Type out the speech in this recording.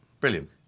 Brilliant